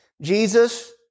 Jesus